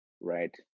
right